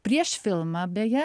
prieš filmą beje